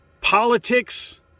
Politics